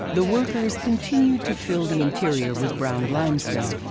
the workers continued to fill the interior with brown limestone,